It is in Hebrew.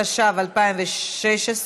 לא לחתור למגע.